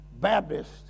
Baptist